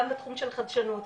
גם בתחום של חדשנות,